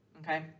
Okay